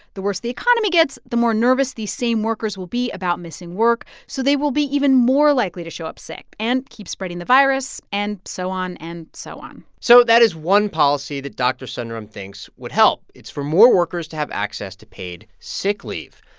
the worse the economy gets, the more nervous these same workers will be about missing work. so they will be even more likely to show up sick and keep spreading the virus and so on and so on so that is one policy that dr. sundaram thinks would help. it's for more workers to have access to paid sick leave.